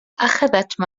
أخذت